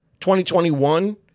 2021